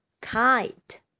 kite